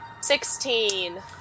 Sixteen